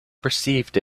perceived